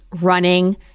running